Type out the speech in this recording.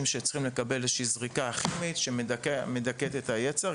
שצריכים לקבל איזושהי זריקה כימית שמדכאת את היצר,